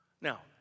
Now